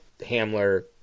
Hamler